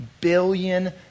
billion